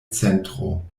centro